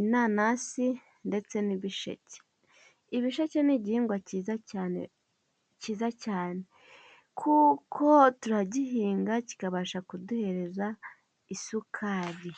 inanasi ndetse n'ibisheke, ibisheke ni igihingwa cyiza cyane cyiza cyane kuko turagihinga kikabasha kuduhereza isukari.